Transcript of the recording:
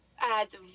adds